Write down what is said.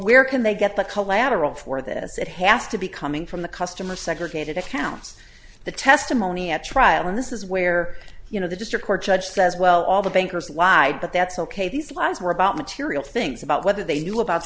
where can they get the collateral for this it has to be coming from the customer segregated accounts the testimony at trial and this is where you know the district court judge says well all the bankers lied but that's ok these lies were about material things about whether they knew about